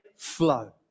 flow